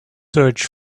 search